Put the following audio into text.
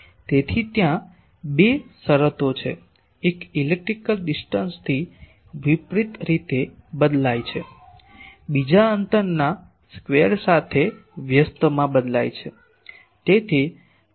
તેથી ત્યાં બે શરતો છે એક ઇલેક્ટ્રિકલ ડિસ્ટન્સ થી વિપરિત રીતે બદલાય છે બીજી અંતરના સ્કવેર સાથે વ્યસ્તમાં બદલાય છે